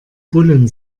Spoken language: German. bullen